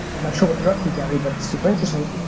not sure what you're up to, gary but it's super interesting.